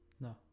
No